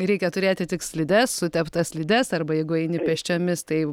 reikia turėti tik slides suteptas slides arba jeigu eini pėsčiomis tai